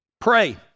Pray